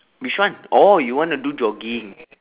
which one oh you want to do jogging